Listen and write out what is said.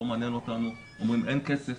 הם אומרים שאין כסף,